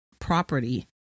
property